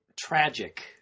tragic